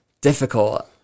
difficult